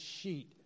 sheet